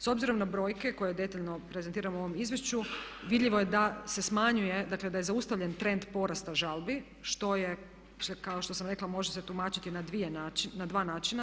S obzirom na brojke koje detaljno prezentiramo u ovom izvješću vidljivo je da se smanjuje, dakle da je zaustavljen trend porasta žalbi što je, kao što sam rekla može se tumačiti na dva načina.